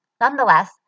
nonetheless